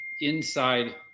inside